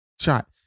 Shot